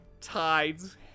Tide's